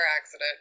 accident